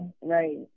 right